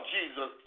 Jesus